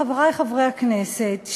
חברי חברי הכנסת,